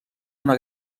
una